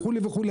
וכולי וכולי,